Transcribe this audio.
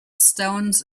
stones